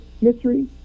mystery